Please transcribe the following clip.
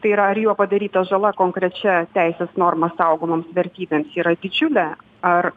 tai yra ar jo padaryta žala konkrečia teisės norma saugomoms vertybėms yra didžiulė ar